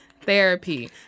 therapy